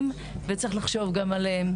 וצריך לחשוב גם עליהם.